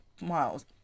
miles